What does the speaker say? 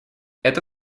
это